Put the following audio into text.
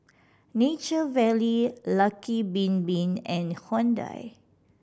Nature Valley Lucky Bin Bin and Hyundai